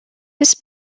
this